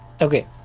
Okay